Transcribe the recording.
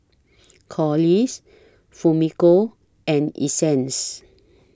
Corliss Fumiko and Essence